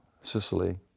Sicily